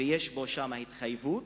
ויש שם התחייבות